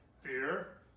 Fear